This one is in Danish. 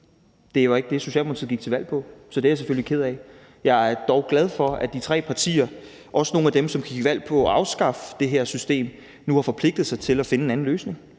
Det var ikke det, Socialdemokratiet gik til valg på, så det er jeg selvfølgelig ked af. Jeg er dog glad for, at de tre partier – også nogle af dem, der gik til valg på at afskaffe det her system – nu har forpligtet sig til at finde en anden løsning.